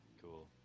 Cool